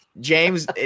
James